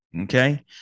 Okay